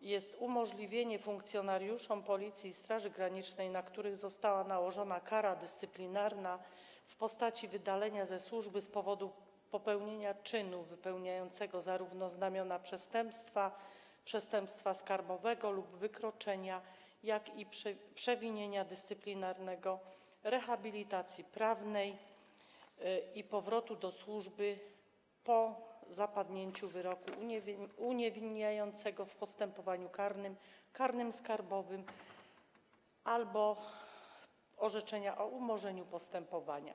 jest umożliwienie funkcjonariuszom Policji i Straży Granicznej, na których została nałożona kara dyscyplinarna w postaci wydalenia ze służby z powodu popełnienia czynu wypełniającego zarówno znamiona przestępstwa, przestępstwa skarbowego lub wykroczenia, jak i przewinienia dyscyplinarnego, rehabilitacji prawnej i powrotu do służby po zapadnięciu wyroku uniewinniającego w postępowaniu karnym, karnym skarbowym albo orzeczenia o umorzeniu postępowania.